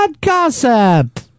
Gossip